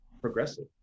progressive